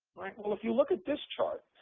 well if you look at this chart,